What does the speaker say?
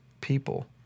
people